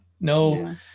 no